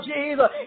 Jesus